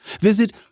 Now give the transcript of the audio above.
Visit